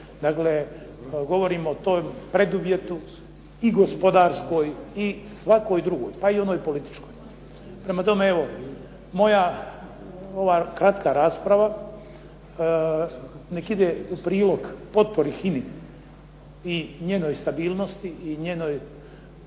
Dakle, govorim o tom preduvjetu i gospodarskoj i svakoj drugoj, pa i onoj političkoj. Prema tome, moja kratka rasprava neka ide u prilog potpori HINA-i, njenoj stabilnosti i